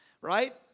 Right